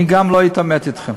אני גם לא אתעמת אתכם.